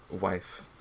wife